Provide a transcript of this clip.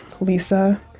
Lisa